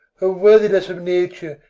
o worthiness of nature!